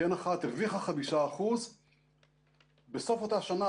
קרן אחת הרוויחה 5%. בסוף אותה שנה,